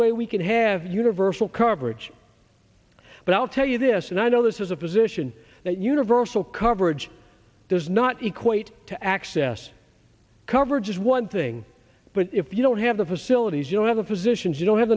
way we can have universal coverage but i'll tell you this and i know this is a position that universal coverage does not equate to access coverage is one thing but if you don't have the facilities you don't have the physicians you don't have